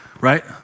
right